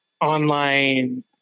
online